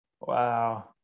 wow